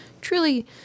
truly